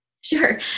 Sure